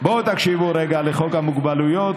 בואו תקשיבו רגע לחוק המוגבלויות,